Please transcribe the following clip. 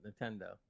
Nintendo